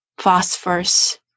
Phosphorus